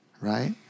right